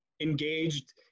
engaged